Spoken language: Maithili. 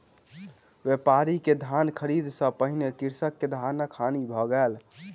व्यापारी के धान ख़रीदै सॅ पहिने कृषक के धानक हानि भ गेल